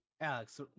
Alex